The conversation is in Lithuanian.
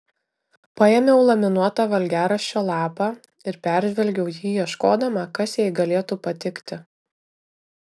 paėmiau laminuotą valgiaraščio lapą ir peržvelgiau jį ieškodama kas jai galėtų patikti